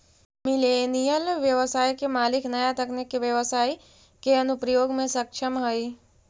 millennial व्यवसाय के मालिक नया तकनीका के व्यवसाई के अनुप्रयोग में सक्षम हई